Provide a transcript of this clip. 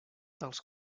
tals